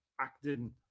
acting